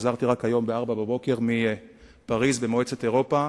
חזרתי רק הבוקר ב-04:00 מפריס, ממועצת אירופה,